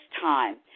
time